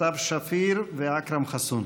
סתיו שפיר ואכרם חסון.